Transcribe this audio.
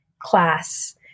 class